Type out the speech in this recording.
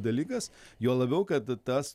dalykas juo labiau kad tas